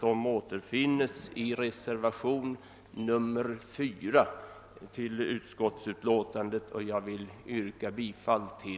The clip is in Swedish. De återfinns i reservationen 4, till vilken jag yrkar bifall.